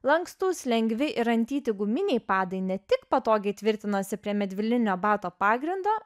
lankstūs lengvi ir rantyti guminiai padai ne tik patogiai tvirtinosi prie medvilninio bato pagrindo